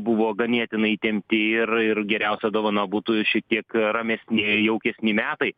buvo ganėtinai įtempti ir ir geriausia dovana būtų šitiek ramesnėj jaukesni metai